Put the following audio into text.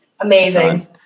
amazing